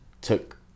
took